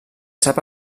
sap